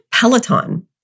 peloton